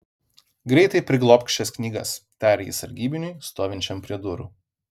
greitai priglobk šias knygas tarė jis sargybiniui stovinčiam prie durų